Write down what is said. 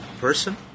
person